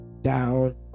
down